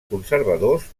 conservadors